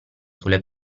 sulle